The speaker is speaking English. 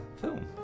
film